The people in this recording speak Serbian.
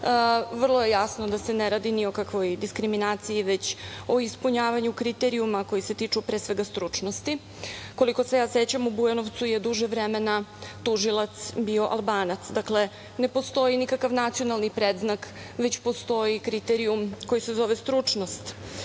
vrlo je jasno da se ne radi ni o kakvoj diskriminaciji, već o ispunjavanju kriterijuma koji se tiču pre svega stručnosti. Koliko se sećam, u Bujanovcu je duže vremena tužilac bio Albanac. Dakle, ne postoji nikakav nacionalni predznak, već postoji kriterijum koji se zove stručnost. Sada